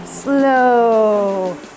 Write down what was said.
slow